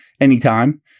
anytime